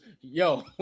yo